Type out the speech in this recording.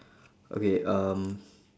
okay um